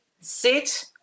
sit